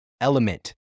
Element